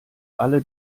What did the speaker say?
alle